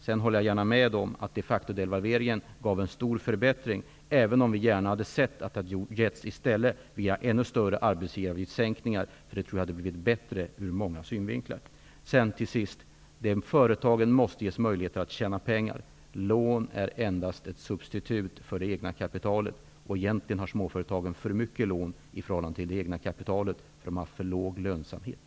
Sedan håller jag gärna med om att de factodevalveringen gav en stor förbättring, även om vi gärna hade sett att det i stället hade skett genom ännu större sänkningar av arbetsgivaravgifterna. Det hade blivit bättre ur många synvinklar. Till sist: Företagen måste ges möjligheter att tjäna pengar. Lån är endast ett substitut för det egna kapitalet. Egentligen har småföretagen för mycket lån i förhållande till det egna kapitalet. De har för låg lönsamhet.